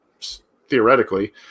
theoretically